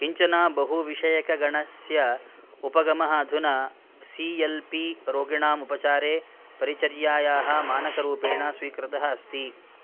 किञ्चन बहुविषयकगणस्य उपगमः अधुना सी एल् पी रोगिणाम् उपचारे परिचर्यायाः मानकरूपेण स्वीकृतः अस्ति